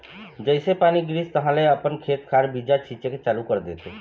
जइसे पानी गिरिस तहाँले अपन खेत खार बीजा छिचे के चालू कर देथे